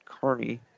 Carney